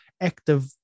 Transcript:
active